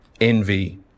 envy